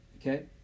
okay